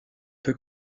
peu